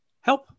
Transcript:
help